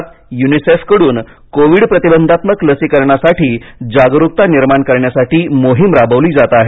राज्यात युनिसेफकडून कोविड प्रतिबंधात्मक लसीकरणाबद्दल जागरूकता निर्माण करण्यासाठी मोहीम राबविली जात आहे